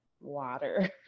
water